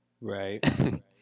right